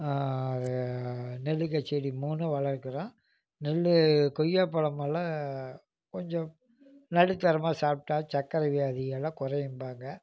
நெல்லிக்காய் செடி மூணும் வளர்க்குறோம் நெல்லி கொய்யா பழமெலாம் கொஞ்சம் நடுத்தரமாக சாப்பிட்டா சர்க்கரை வியாதியெல்லாம் குறையும்பாங்க